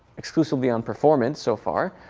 exclusively on performance so far.